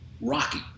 Rocky